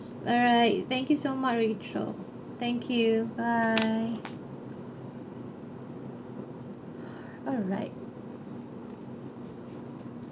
alright thank you so much rachel thank you bye alright